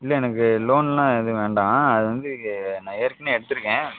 இல்லை எனக்கு லோனெலாம் எதுவும் வேண்டாம் அது வந்து நான் ஏற்கனவே எடுத்திருக்கேன்